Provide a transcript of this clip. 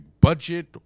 Budget